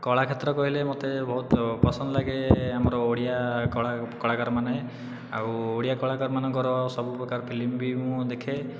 କଳା କ୍ଷେତ୍ର କହିଲେ ମୋତେ ବହୁତ ପସନ୍ଦ ଲାଗେ ଆମର ଓଡ଼ିଆ କଳା କଳାକାର ମାନେ ଆଉ ଓଡ଼ିଆ କଳାକାର ମାନଙ୍କର ସବୁ ପ୍ରକାର ଫିଲ୍ମ ବି ମୁଁ ଦେଖେ